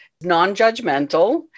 non-judgmental